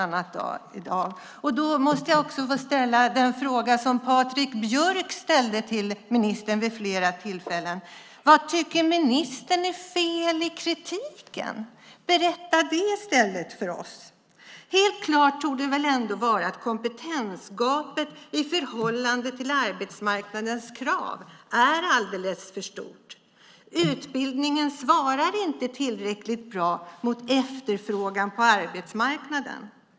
Jag måste få ställa den fråga som Patrik Björck ställde till ministern vid flera tillfällen: Vad tycker ministern är fel i kritiken? Berätta i stället det för oss! Helt klart torde det väl ändå vara att kompetensgapet i förhållande till arbetsmarknadens krav är alldeles för stort. Utbildningen svarar inte tillräckligt bra mot efterfrågan på arbetsmarknaden.